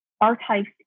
archives